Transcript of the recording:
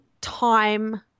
time